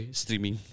streaming